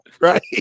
right